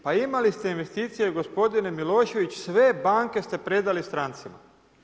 Pa imali ste investicije, gospodine Milošević, sve banke ste predali stranicima.